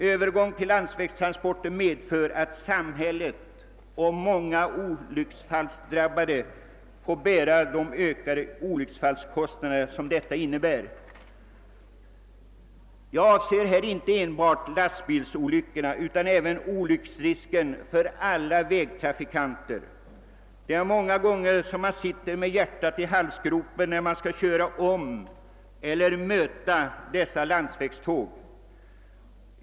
Övergång till landsvägstransporter medför att samhället och de olycksfallsdrabbade får bära de olycksfallskostnader som detta medför. Jag avser här inte enbart lastbilsolyckorna, utan jag talar också om olycksrisken för alla vägtrafikanter. Det är många gånger man sitter med hjärtat i halsgropen när man skall köra om eller möta ett landsvägståg.